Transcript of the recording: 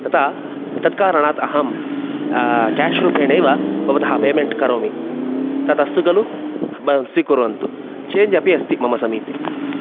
तता तत्कारणात् अहं केश्रूपेणैव भवतः पेमेण्ट् करोमि तदस्तु खलु बव् स्वीकुर्वन्तु चेञ्ज् अपि अस्ति मम समीपे